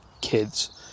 kids